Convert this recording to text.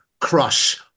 crush